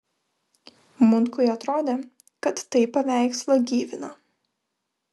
munkui atrodė kad tai paveikslą gyvina